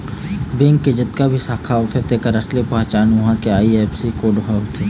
bank के जतका भी शाखा होथे तेखर असली पहचान उहां के आई.एफ.एस.सी कोड ह होथे